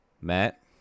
Matt